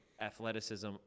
athleticism